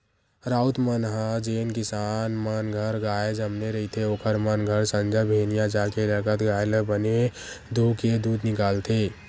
राउत मन ह जेन किसान मन घर गाय जनमे रहिथे ओखर मन घर संझा बिहनियां जाके लगत गाय ल बने दूहूँके दूद निकालथे